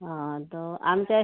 हा तर आमच्या